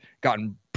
gotten